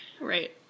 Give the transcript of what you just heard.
Right